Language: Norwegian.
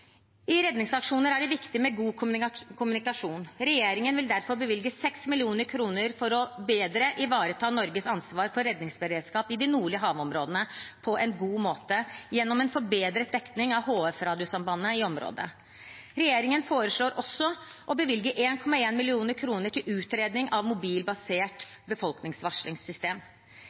I redningsaksjoner er det viktig med god kommunikasjon. Regjeringen vil derfor bevilge 6 mill. kr for bedre å ivareta Norges ansvar for redningsberedskap i de nordlige havområdene gjennom en forbedret dekning av HF-radiosambandet i området. Regjeringen foreslår også å bevilge 1,1 mill. kr til utredning av et mobilbasert befolkningsvarslingssystem.